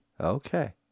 Okay